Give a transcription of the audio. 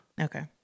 Okay